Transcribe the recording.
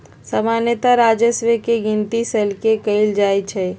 सामान्तः राजस्व के गिनति सलने कएल जाइ छइ